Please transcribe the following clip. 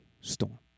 storm